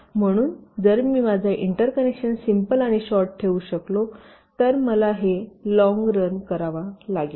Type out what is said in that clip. म्हणून जर मी माझा इंटरकनेक्शन सिम्पल आणि शॉर्ट ठेवू शकलो तर हे मला लॉन्ग रन करेल